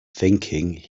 thinking